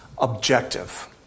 objective